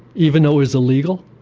even though it was illegal,